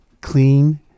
clean